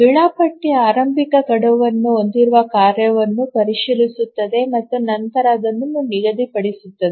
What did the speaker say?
ವೇಳಾಪಟ್ಟಿ ಆರಂಭಿಕ ಗಡುವನ್ನು ಹೊಂದಿರುವ ಕಾರ್ಯವನ್ನು ಪರಿಶೀಲಿಸುತ್ತದೆ ಮತ್ತು ನಂತರ ಅದನ್ನು ನಿಗದಿಪಡಿಸುತ್ತದೆ